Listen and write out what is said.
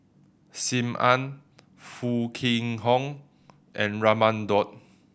Sim Ann Foo Kwee Horng and Raman Daud